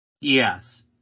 Yes